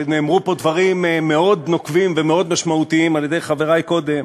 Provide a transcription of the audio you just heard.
ונאמרו פה דברים מאוד נוקבים ומאוד משמעותיים על-ידי חברי קודם,